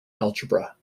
algebra